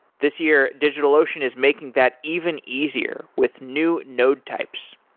this year, digitalocean is making that even easier with new node types.